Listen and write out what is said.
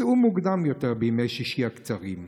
צאו מוקדם יותר בימי שישי הקצרים.